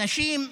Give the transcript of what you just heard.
אנשים,